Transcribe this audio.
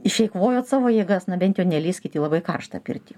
išeikvojot savo jėgas na bent jau nelįskit į labai karštą pirtį